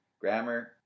grammar